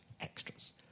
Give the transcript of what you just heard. extras